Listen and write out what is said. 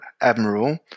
admiral